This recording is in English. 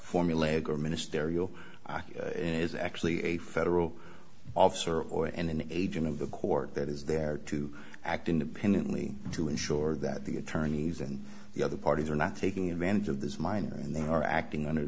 in is actually a federal officer or and an agent of the court that is there to act independently to ensure that the attorneys and the other parties are not taking advantage of this minor and they are acting under